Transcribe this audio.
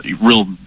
real